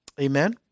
Amen